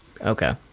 Okay